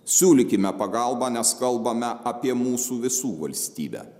siūlykime pagalbą nes kalbame apie mūsų visų valstybę